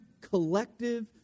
collective